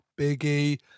Biggie